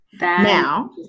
now